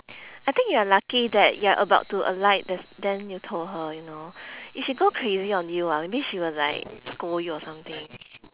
I think you're lucky that you're about to alight that's then you told her you know if she go crazy on you ah maybe she will like scold you or something